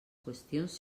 qüestions